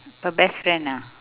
her best friend ah